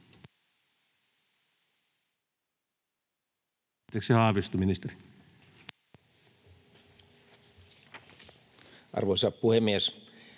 Arvoisa puhemies!